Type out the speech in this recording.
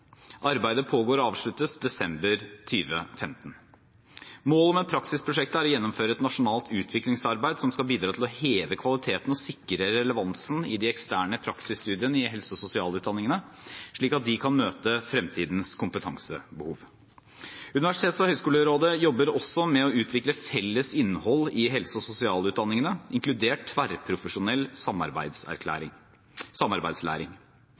Arbeidet avsluttes desember 2015. Målet med praksisprosjektet er å gjennomføre et nasjonalt utviklingsarbeid som skal bidra til å heve kvaliteten og sikre relevansen i de eksterne praksisstudiene i helse- og sosialutdanningene, slik at de kan møte fremtidens kompetansebehov. Universitets- og høgskolerådet jobber også med å utvikle felles innhold i helse- og sosialutdanningene, inkludert tverrprofesjonell samarbeidslæring.